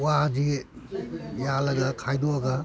ꯋꯥꯁꯤ ꯌꯥꯜꯂꯒ ꯈꯥꯏꯗꯣꯛꯑꯒ